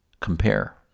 compare